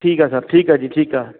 ਠੀਕ ਆ ਸਰ ਠੀਕ ਆ ਜੀ ਠੀਕ ਆ